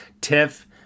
TIFF